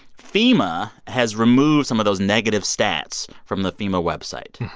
fema has removed some of those negative stats from the fema website.